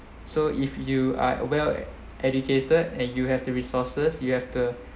so if you are well educated and you have to resources you have the